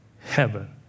heaven